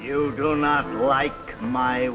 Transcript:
you do not like my